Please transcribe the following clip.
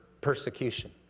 persecution